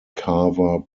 carver